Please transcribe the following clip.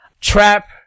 Trap